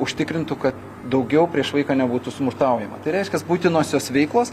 užtikrintų kad daugiau prieš vaiką nebūtų smurtaujama tai reiškias būtinosios veiklos